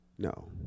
No